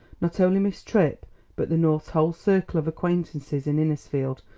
not only miss tripp but the norths' whole circle of acquaintances in innisfield,